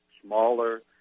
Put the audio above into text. Smaller